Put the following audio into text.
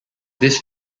this